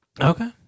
Okay